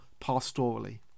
pastorally